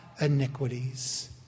iniquities